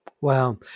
Wow